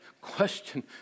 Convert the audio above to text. question